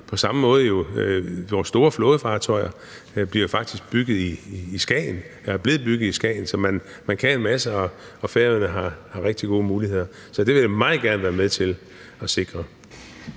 på samme måde med vores store flådefartøjer; de er faktisk blevet bygget i Skagen. Så man kan en masse, og Færøerne har rigtig gode muligheder – så det vil jeg meget gerne være med til at sikre.